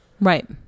right